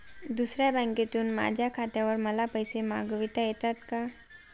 दुसऱ्या बँकेतून माझ्या खात्यावर मला पैसे मागविता येतात का?